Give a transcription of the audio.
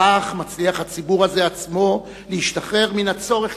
כך מצליח הציבור הזה עצמו להשתחרר מן הצורך